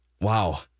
Wow